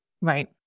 Right